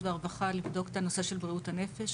והרווחה לבדוק את הנושא של בריאות הנפש?